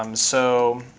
um so